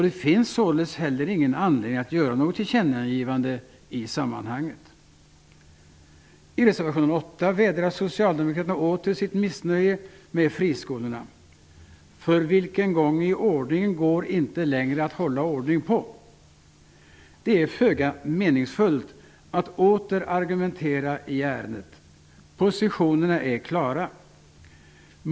Det finns således inte heller någon anledning att göra något tillkännagivande i sammanhanget. I reservation 8 vädrar Socialdemokraterna åter sitt missnöje med friskolorna; för vilken gång i ordningen går inte längre att hålla reda på. Det är föga meningsfullt att åter argumentera i ärendet -- positionerna är klara.